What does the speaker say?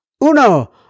Uno